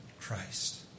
Christ